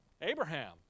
Abraham